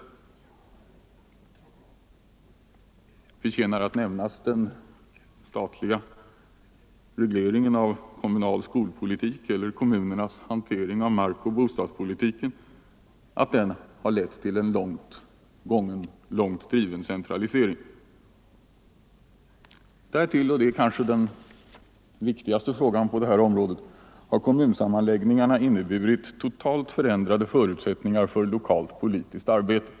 Det förtjänar att nämnas att den statliga regleringen av kommunal skolpolitik eller kommunernas hantering av markoch bostadspolitiken har lett till en långt driven centralisering. Därtill, och det är kanske det viktigaste på det här området, har kommunsammanläggningarna inneburit totalt förändrade förutsättningar för lokalt politiskt arbete.